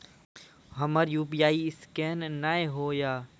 हमर UPI scan नेय हो या?